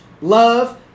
love